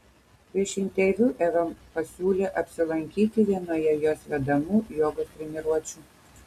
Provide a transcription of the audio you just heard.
prieš interviu eva pasiūlė apsilankyti vienoje jos vedamų jogos treniruočių